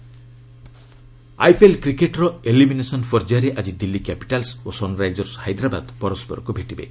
IPL IPL କ୍ରିକେଟ୍ର elimination ପର୍ଯ୍ୟାୟରେ ଆଜି ଦିଲ୍ଲୀ କ୍ୟାପିଟାଲ୍ ଓ ସନ୍ରାଇଜର୍ସ ହାଇଦ୍ରାବାଦ୍ ପରସ୍କରକୁ ଭେଟିବେ